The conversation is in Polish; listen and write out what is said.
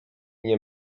nie